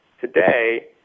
today